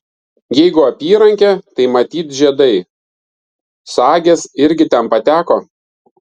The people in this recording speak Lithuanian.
jeigu apyrankė tai matyt žiedai sagės irgi ten pateko